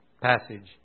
Passage